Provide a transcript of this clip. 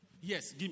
Yes